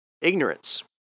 ignorance